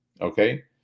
okay